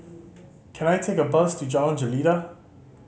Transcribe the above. can I take a bus to Jalan Jelita